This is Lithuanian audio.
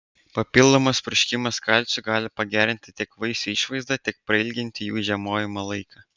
papildomas purškimas kalciu gali pagerinti tiek vaisių išvaizdą tiek prailginti jų žiemojimo laiką